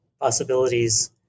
possibilities